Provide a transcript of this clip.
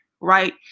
right